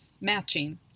matching